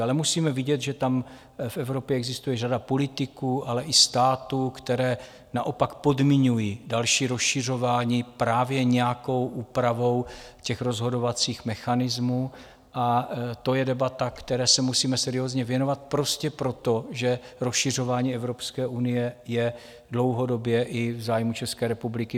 Ale musíme vidět, že tam v Evropě existuje řada politiků, ale i států, které naopak podmiňují další rozšiřování právě nějakou úpravou rozhodovacích mechanismů, a to je debata, které se musíme seriózně věnovat prostě proto, že rozšiřování Evropské unie je dlouhodobě i v zájmu České republiky.